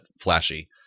flashy